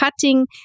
cutting